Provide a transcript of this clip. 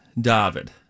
David